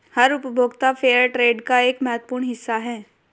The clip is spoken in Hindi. हर उपभोक्ता फेयरट्रेड का एक महत्वपूर्ण हिस्सा हैं